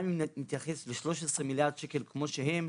גם אם נתייחס ל-13 מיליארד שקל כמו שהם,